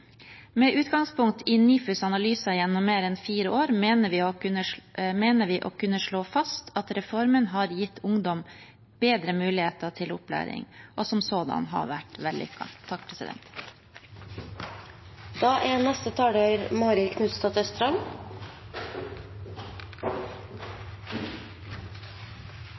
utgangspunkt i NIFUs analyser gjennom mer enn fire år, mener vi å kunne slå fast at reformen har gitt ungdom bedre muligheter til opplæring, og som sådan vært vellykket.» Som det går fram av innstillingen fra komiteen, er